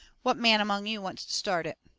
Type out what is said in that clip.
what man among you wants to start it?